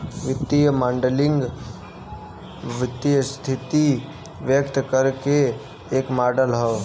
वित्तीय मॉडलिंग वित्तीय स्थिति व्यक्त करे क एक मॉडल हौ